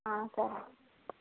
సరే